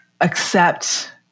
accept